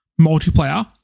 multiplayer